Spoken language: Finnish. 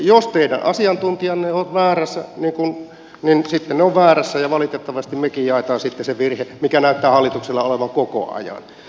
jos teidän asiantuntijanne ovat väärässä niin sitten he ovat väärässä ja valitettavasti mekin jaamme sitten sen virheen mikä näyttää hallituksella olevan koko ajan